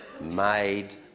made